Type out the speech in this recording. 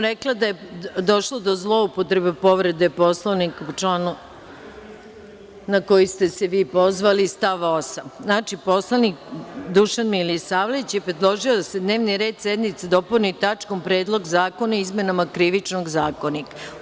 Rekla sam da je došlo do zloupotrebe povrede Poslovnika po članu na koji ste se vi pozvali stav 8. Znači, poslanik Dušan Milisavljević je predložio da se dnevni red sednice dopuni tačkom Predlog zakona o izmenama krivičnog zakonika.